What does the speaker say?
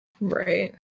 Right